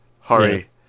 Hurry